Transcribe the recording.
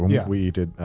when yeah we did,